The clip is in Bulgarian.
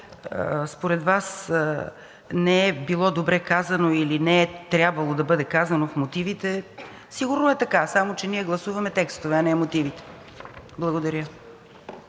според Вас не е било добре казано или не е трябвало да бъде казано в мотивите – сигурно е така, само че ние гласуваме текстовете, а не мотивите. Благодаря.